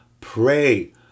pray